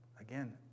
Again